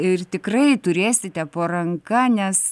ir tikrai turėsite po ranka nes